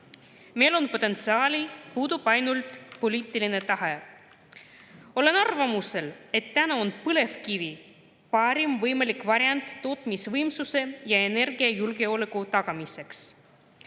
Meil on potentsiaali, puudub ainult poliitiline tahe. Olen arvamusel, et täna on põlevkivi parim võimalik variant tootmisvõimsuse ja energiajulgeoleku tagamiseks.